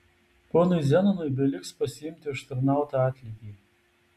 ponui zenonui beliks pasiimti užtarnautą atlygį